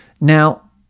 now